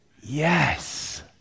Yes